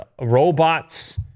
Robots